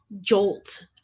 jolt